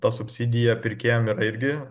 ta subsidija pirkėjam ir irgi